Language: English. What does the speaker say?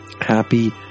happy